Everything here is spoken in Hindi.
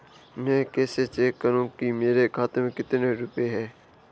मैं कैसे चेक करूं कि मेरे खाते में कितने रुपए हैं?